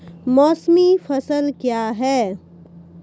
मौसमी फसल क्या हैं?